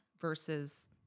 versus